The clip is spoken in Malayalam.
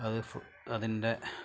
അത് അതിൻ്റെ